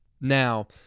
Now